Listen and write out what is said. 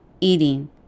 eating